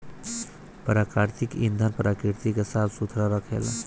प्राकृतिक ईंधन प्रकृति के साफ सुथरा रखेला